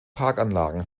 parkanlagen